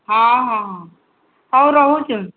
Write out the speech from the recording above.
ହଁ ହଁ ହଁ ହଉ ରହୁଛୁ